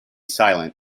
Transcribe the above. silent